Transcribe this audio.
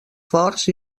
forts